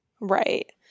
Right